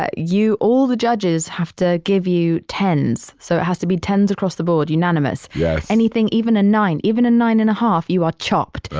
ah you, all the judges have to give you ten s. so it has to be ten s across the board. unanimous yes anything. even a nine. even a nine and a half. you are chopped.